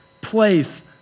place